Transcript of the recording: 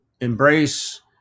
embrace